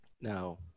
Now